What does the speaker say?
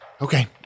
Okay